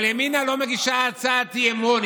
אבל ימינה לא מגישה הצעת אי-אמון.